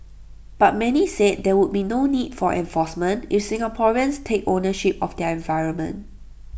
but many said there would be no need for enforcement if Singaporeans take ownership of their environment